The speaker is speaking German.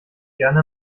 gerne